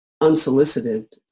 unsolicited